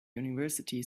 university